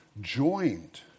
joined